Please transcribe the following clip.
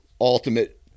ultimate